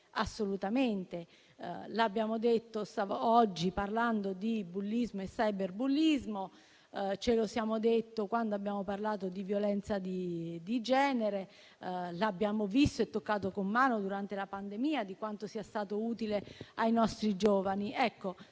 assolutamente. L'abbiamo detto oggi parlando di bullismo e cyberbullismo, ce lo siamo detti quando abbiamo parlato di violenza di genere. Abbiamo visto e toccato con mano durante la pandemia quanto sia stato utile ai nostri giovani.